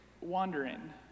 wandering